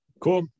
Cool